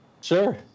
sure